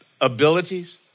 abilities